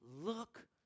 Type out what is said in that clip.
Look